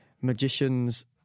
magicians